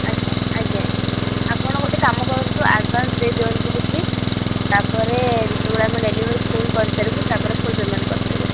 ଆଜ୍ଞା ଆଜ୍ଞା ଆଜ୍ଞା ଆପଣ ଗୋଟେ କାମ କରନ୍ତୁ ଆଡ଼ଭାନ୍ସ ଦେଇ ଦିଅନ୍ତୁ କିଛି ତାପରେ ଯେତେବେଳେ ଆମେ ଡେଲିଭରି ଫୁଲ୍ କରିସାରିବୁ ତାପରେ ଫୁଲ୍ ପେମେଣ୍ଟ୍ କରିଦେବେ